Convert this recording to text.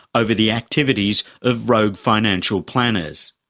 over the activities of rogue financial planners.